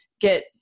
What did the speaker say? get